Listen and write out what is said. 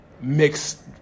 mixed